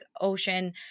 Ocean